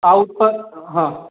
આ ઉત્પાદ હા